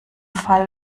fall